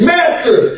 Master